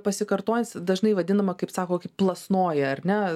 pasikartojantys dažnai vadinama kaip sako plasnoja ar ne